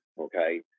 Okay